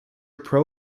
pro